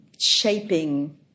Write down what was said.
shaping